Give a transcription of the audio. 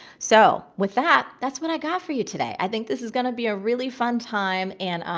so with that, that's what i got for you today. i think this is going to be a really fun time and um,